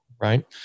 right